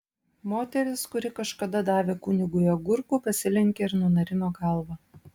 moteris kuri kažkada davė kunigui agurkų pasilenkė ir nunarino galvą